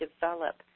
develop